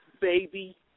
baby